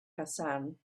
hassan